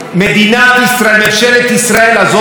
אני מסיים: אלה שתי זרועות,